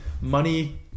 money